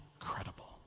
incredible